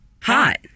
Hot